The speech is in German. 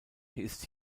ist